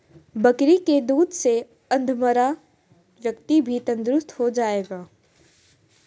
बकरी के दूध से अधमरा व्यक्ति भी तंदुरुस्त हो जाएगा